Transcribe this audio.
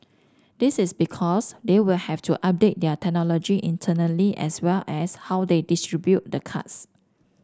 this is because they will have to update their technology internally as well as how they distribute the cards